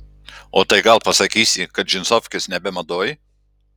o tai gal pasakysi kad džinsofkės nebe madoj